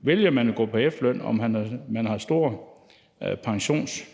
vælger man at gå på efterløn, og har man store pensionsudbetalinger,